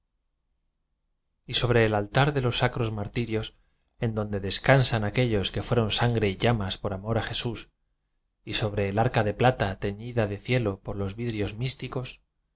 procesión sobre el altar de los sacros martirios en donde descansan aquellos que fueron sangre y llamas por amor a jesús y sobre el arca de plata teñida de cielo por los vi drios místicos el